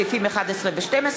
סעיפים 11 ו-12,